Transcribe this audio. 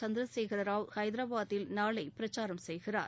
சந்திரசேகா் ராவ் ஹைதராபாத்தில் நாளை பிரச்சாரம் செய்கிறார்